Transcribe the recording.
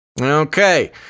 okay